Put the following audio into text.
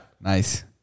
Nice